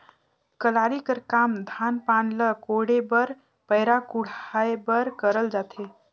कलारी कर काम धान पान ल कोड़े बर पैरा कुढ़ाए बर करल जाथे